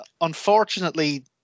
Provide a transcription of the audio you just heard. Unfortunately